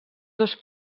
dos